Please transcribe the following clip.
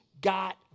got